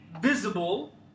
visible